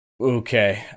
Okay